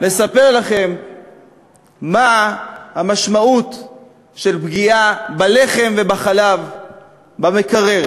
מספר לכם מה המשמעות של פגיעה בלחם ובחלב במקרר.